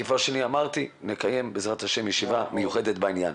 כמו שאמרתי, נקיים ישיבה מיוחדת בעניין.